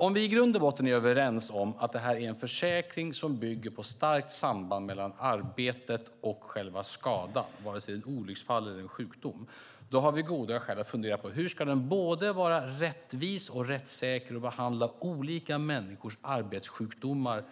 Om vi i grund och botten är överens om att detta är en försäkring som bygger på ett starkt samband mellan arbetet och själva skadan, vare sig det är ett olycksfall eller en sjukdom, har vi goda skäl att fundera på hur den ska vara både rättvis och rättssäker och behandla olika människors arbetssjukdomar